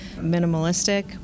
minimalistic